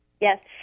yes